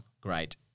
great